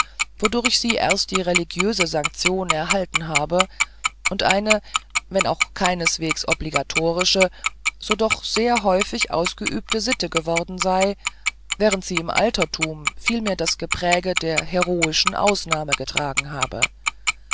wodurch sie erst die religiöse sanktion erhalten habe und eine wenn auch keineswegs obligatorische so doch sehr häufig ausgeübte sitte geworden sei während sie im altertum vielmehr das gepräge der heroischen ausnahmen getragen habe